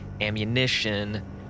ammunition